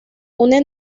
une